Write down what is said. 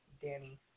Danny